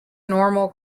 normal